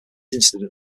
incident